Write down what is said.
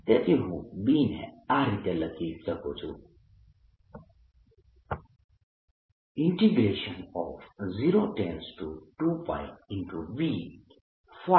તેથી હું B ને આ રીતે લખી શકું છું 02πB